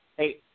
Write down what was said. Hey